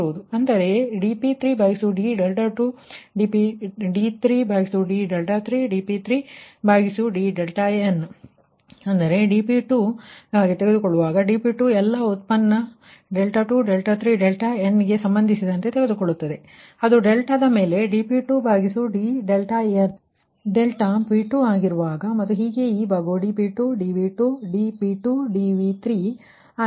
ಅಂತೆಯೇ dP3d2 d3d3 dP3dn ಅಂದರೆ ನೀವು dP2 ಗಾಗಿ ತೆಗೆದುಕೊಳ್ಳುವಾಗ dP2 ಎಲ್ಲಾ ಉತ್ಪನ್ನ 2 3 n ಗೆ ಸಂಬಂಧಿಸಿದಂತೆ ತೆಗೆದುಕೊಳ್ಳುತ್ತಿದೆ ಮತ್ತು ಅದು ಡೆಲ್ಟಾದ ಮೇಲೆ dP2d2 ಡೆಲ್ಟಾ p 2 ಆಗಿರುವಾಗ ಮತ್ತು ಹೀಗೆ ಈ ಭಾಗವು dP2 dV2 dP2dV3 3 ಆಗಿರುತ್ತದೆ